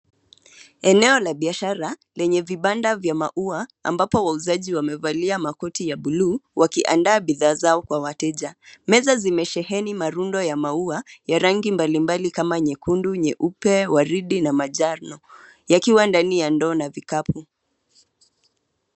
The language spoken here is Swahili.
Eneo la biashara lenye vibanda vya maua, ambapo wauzaji wamevalia makoti ya buluu, wakiandaa bidhaa zao kwa wateja. Meza zimesheheni marundo ya maua ya rangi mbalimbali kama nyekundu, nyeupe, waridi, na manjano, yakiwa ndani ya ndoo na vikapu.